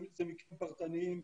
אלה מקרים פרטניים,